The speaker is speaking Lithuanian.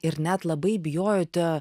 ir net labai bijojote